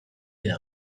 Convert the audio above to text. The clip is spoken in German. der